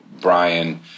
Brian